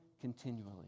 continually